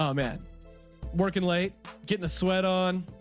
um man working late getting a sweat on.